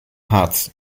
harz